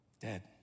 dead